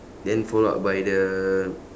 then follow up by the